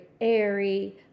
airy